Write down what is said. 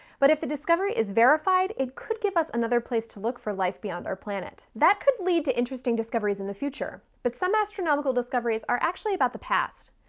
but if the discovery is verified it could give us another place to look for life beyond our planet. that could lead to interesting discoveries in the future, but some astronomical discoveries are actually about the past.